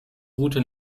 route